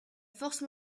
force